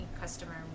customer